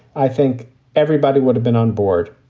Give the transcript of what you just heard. i think everybody would have been onboard.